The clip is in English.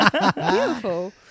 beautiful